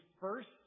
first